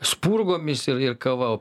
spurgomis ir ir kava